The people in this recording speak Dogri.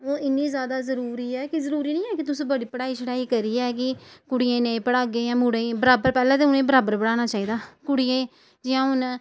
ओह् इन्नी जैदा जरूरी ऐ कि जरूरी निं ऐ कि तुस बड़ी पढ़ाई शढ़ाई करियै कि कुड़ियें गी नेईं पढ़ागे जां मुड़ें गी बराबर पैह्लें ते उ'नें गी बराबर पढ़ाना चाहिदा कुड़ियें गी जि'यां हून